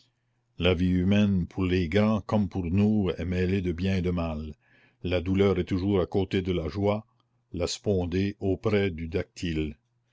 la vie humaine pour les grands comme pour nous est mêlée de bien et de mal la douleur est toujours à côté de la joie le spondée auprès du